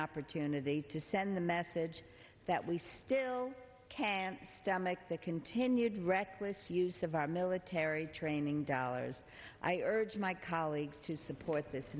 opportunity to send the message that we still can't stomach the continued reckless use of our military training dollars i urge my colleagues to support this